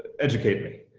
educate me.